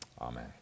Amen